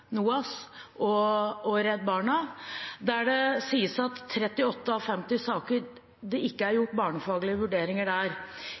NOAS og Redd Barna, der det sies at i 38 av 50 saker er det ikke